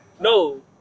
No